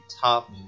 top